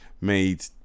made